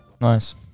Nice